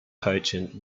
pungent